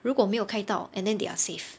如果没有开到 and then they are safe